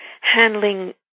handling